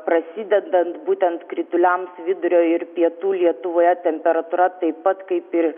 prasidedant būtent krituliams vidurio ir pietų lietuvoje temperatūra taip pat kaip ir